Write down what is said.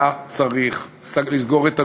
צריך לסגור את הגבול,